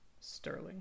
Sterling